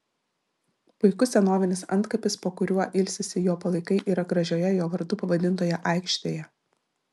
puikus senovinis antkapis po kuriuo ilsisi jo palaikai yra gražioje jo vardu pavadintoje aikštėje